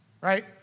right